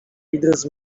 idrys